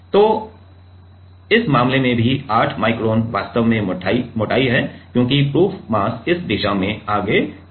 तो इस मामले में भी 8 माइक्रोन वास्तव में मोटाई है क्योंकि प्रूफ मास इस दिशा में आगे बढ़ रहा है